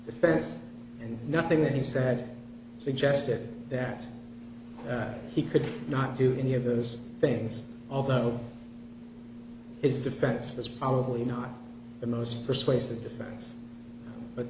defense and nothing that he said suggested that he could not do any of those things although his defense was probably not the most persuasive defense but